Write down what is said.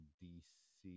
dc